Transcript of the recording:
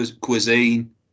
cuisine